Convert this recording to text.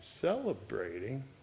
celebrating